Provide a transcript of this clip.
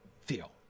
feel